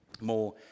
more